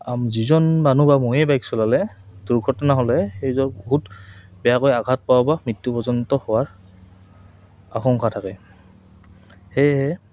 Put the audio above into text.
যিজন মানুহ বা ময়েই বাইক চলালে দুৰ্ঘটনা হ'লে সেইজনৰ বহুত বেয়াকৈ আঘাত পোৱাওঁ বা মৃত্যু পৰ্যন্ত হোৱাৰ আশংসা থাকে সেয়েহে